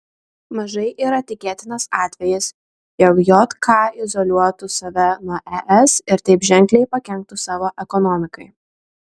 mažai yra tikėtinas atvejis jog jk izoliuotų save nuo es ir taip ženkliai pakenktų savo ekonomikai